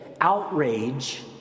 outrage